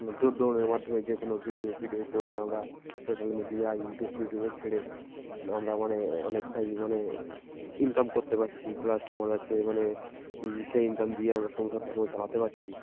জোরড্রোণের মাধ্যমে যে কোনো ভিডিও ফিডিও করে আমরা সোশ্যাল মিডিয়া ইউটিউব ফিউটিউবে ছেড়ে আমরা মানে অনেকটাই মানে ইনকাম করতে পারছি প্লাস তোমাদের হচ্ছে মানে সেই ইনকাম দিয়ে আমরা সংসার ধর্ম চালাতে পারছি